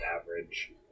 average